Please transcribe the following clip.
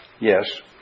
Yes